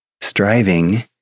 Striving